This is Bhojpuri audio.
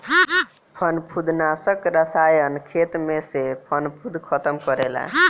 फंफूदनाशक रसायन खेत में से फंफूद खतम करेला